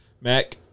Mac